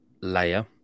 layer